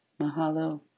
Mahalo